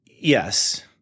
Yes